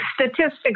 statistics